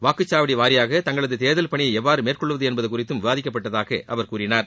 வாக்குச்சாவடி வாரியாக தங்களது தேர்தல் பணியை எவ்வாறு மேற்கொள்வது என்பது குறித்தும் விவாதிக்கப்பட்டதாக அவர் கூறினார்